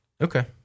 Okay